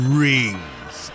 rings